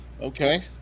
Okay